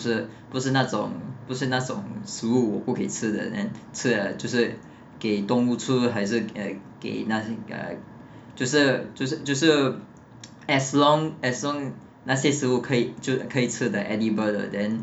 不是不是那种不是那种食物我不可以吃的 then 吃了就是给动物吃还是给那些就是就是就是 as long as long 那些食物是可以吃吃的 edible 的 then